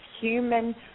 human